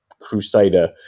crusader